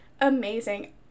amazing